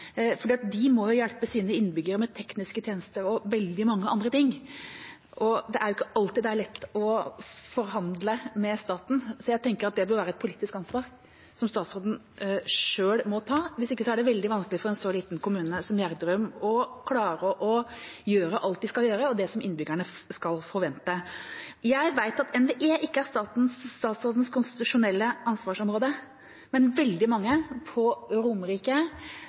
de må hjelpe sine innbyggere med tekniske tjenester og veldig mange andre ting. Det er jo ikke alltid det er lett å forhandle med staten, så jeg tenker at det bør være et politisk ansvar som statsråden selv må ta. Hvis ikke er det veldig vanskelig for en så liten kommune som Gjerdrum å klare å gjøre alt de skal gjøre, og det som innbyggerne skal forvente. Jeg vet at NVE ikke er statsrådens konstitusjonelle ansvarsområde, men veldig mange på Romerike,